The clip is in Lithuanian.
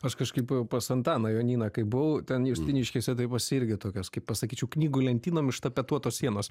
aš kažkaip pas antaną jonyną kai buvau ten justiniškėse tai pas jį irgi tokios kaip pasakyčiau knygų lentynom ištapetuotos sienos